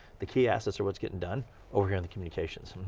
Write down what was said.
the key assets are what's getting done over in the communications,